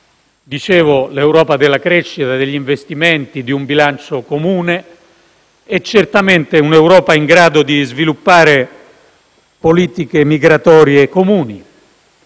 dall'Europa della crescita, degli investimenti, di un bilancio comune e, certamente, da un'Europa in grado di sviluppare politiche migratorie comuni.